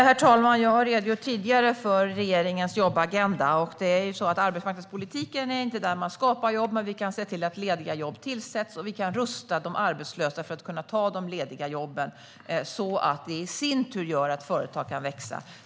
Herr talman! Jag har tidigare redogjort för regeringens jobbagenda. Det är inte inom arbetsmarknadspolitiken man skapar jobb. Men vi kan se till att lediga jobb tillsätts, och vi kan rusta de arbetslösa för att kunna ta de lediga jobben. Det i sin tur gör att företag kan växa.